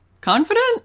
confident